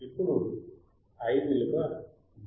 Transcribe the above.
ఇప్పుడు I విలువ AV